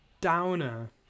downer